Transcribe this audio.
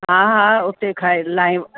हा हा उते खाए लाहियो